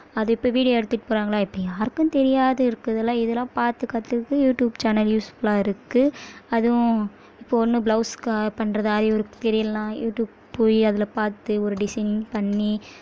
அது இப்போ வீடியோ எடுத்துட்டுப் போகிறாங்களா இப்போ யாருக்கும் தெரியாது இருக்கிறதுலாம் இதலாம் பார்த்து கத்துக்க யூடியூப் சேனல் யூஸ்ஃபுல்லாக இருக்குது அதுவும் இப்போ ஒன்று பிளவுஸ்க்கு பண்றது ஆரி ஒர்க் தெரியலனா யூடியூப் போய் அதில் பார்த்து ஒரு டிசைனிங் பண்ணி